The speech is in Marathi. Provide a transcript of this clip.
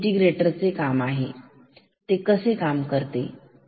हे इंटिग्रेटेर चे काम कसे करते